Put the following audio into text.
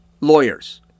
Lawyers